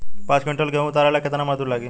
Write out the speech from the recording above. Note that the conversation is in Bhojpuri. पांच किविंटल गेहूं उतारे ला केतना मजदूर लागी?